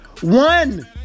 One